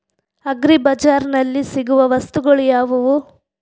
Agri ಬಜಾರ್ನಲ್ಲಿ ಸಿಗುವ ವಸ್ತುಗಳು ಯಾವುವು?